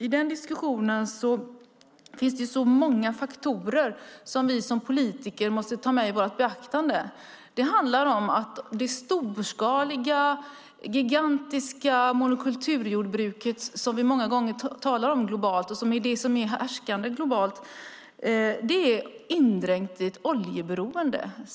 I den diskussionen finns det många faktorer som vi som politiker måste ta i beaktande. Det handlar om att det storskaliga gigantiska monokulturjordbruket, som vi många gånger talar om globalt och som är förhärskande globalt, är indränkt i ett oljeberoende.